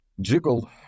jiggle